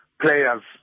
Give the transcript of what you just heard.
players